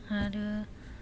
आरो